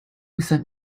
sent